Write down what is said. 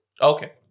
Okay